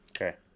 Okay